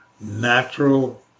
natural